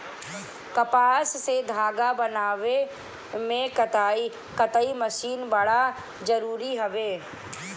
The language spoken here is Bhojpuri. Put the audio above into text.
कपास से धागा बनावे में कताई मशीन बड़ा जरूरी हवे